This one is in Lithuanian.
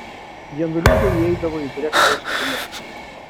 jie nuliūdę įeidavo į direktoriaus kabinetą